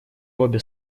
обе